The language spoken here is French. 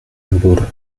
handball